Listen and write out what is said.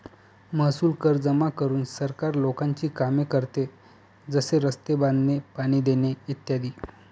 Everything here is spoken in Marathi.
महसूल कर जमा करून सरकार लोकांची कामे करते, जसे रस्ते बांधणे, पाणी देणे इ